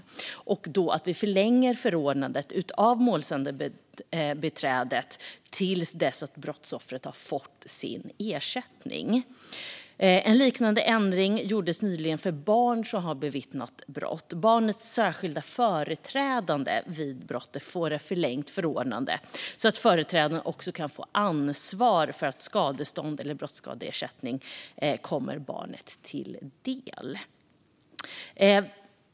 Det handlar om att vi förlänger målsägandebiträdets förordnande till dess att brottsoffret har fått sin ersättning. En liknande ändring gjordes nyligen för barn som har bevittnat brott. Barnets särskilda företrädare vid brottet får ett förlängt förordnande så att företrädaren också kan få ansvar för att skadestånd eller brottsskadeersättning kommer barnet till del.